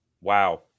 Wow